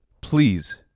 please